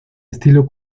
estilo